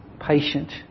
patient